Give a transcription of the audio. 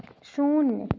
शून्य